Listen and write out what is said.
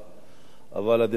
אדוני היושב-ראש,